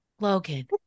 Logan